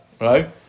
Right